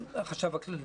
החשב הכללי.